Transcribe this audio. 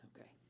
Okay